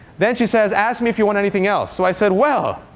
then she says ask me if you want anything else. so i said well,